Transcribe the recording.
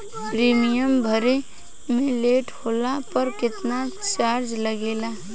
Premium भरे मे late होला पर केतना चार्ज लागेला?